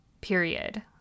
period